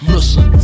Listen